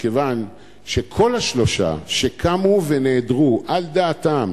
מכיוון שכל השלושה שקמו ונעדרו על דעתם